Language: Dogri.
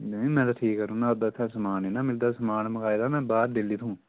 नेईं मैं ते ठीक करी उड़ना हा अद्धा इत्थै समान नी ना मिलदा समान मंगाए दा में बाह्र दिल्ली थूं